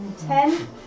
Ten